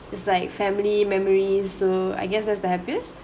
it's like family memories so I guess that's the happiest